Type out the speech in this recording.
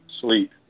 sleep